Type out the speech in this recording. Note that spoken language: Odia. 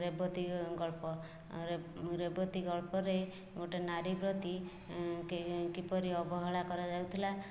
ରେବତୀ ଗଳ୍ପ ରେବତୀ ଗଳ୍ପରେ ଗୋଟିଏ ନାରୀ ପ୍ରତି କିପରି ଅବହେଳା କରାଯାଉଥିଲା